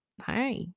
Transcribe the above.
Hi